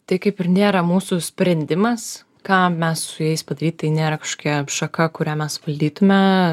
tai kaip ir nėra mūsų sprendimas ką mes su jais padaryt tai nėra kažkokia šaka kurią mes valdytume